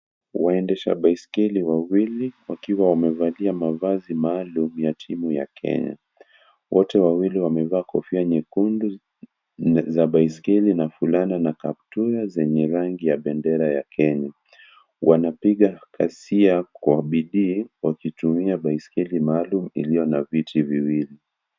Waendesha baiskeli wawili wakiwa wamevalia mavazi maalum ya timu ya Kenya. Wote wawili wamevaa kofia nyekundu za baiskeli na fulana na kaptura zenye rangi ya bendera ya Kenya. Wanapiga ghasia kwa bidii wakitumia baiskeli maalum iliyo na viti viwili.